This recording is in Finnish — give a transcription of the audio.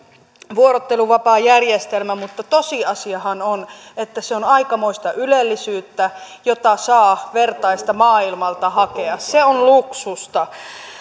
vuorotteluvapaajärjestelmä mutta tosiasiahan on että se on aikamoista ylellisyyttä jonka vertaista saa maailmalta hakea se on luksusta